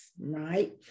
right